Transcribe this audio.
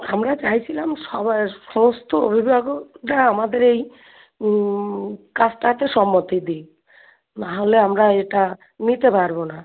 আমরা চাইছিলাম সবাই সমস্ত অভিভাবকরা আমাদের এই কাজটাকে সম্মতি দিক না হলে আমরা এটা নিতে পারব না